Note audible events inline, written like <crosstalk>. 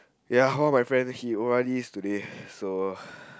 ya hall my friends he o_r_d today so <breath>